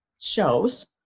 shows